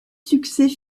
succès